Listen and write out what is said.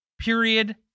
Period